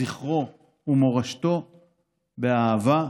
זכרו ומורשתו באהבה,